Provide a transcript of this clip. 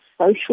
social